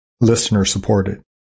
listener-supported